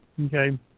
Okay